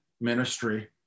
ministry